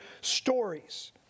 stories